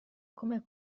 come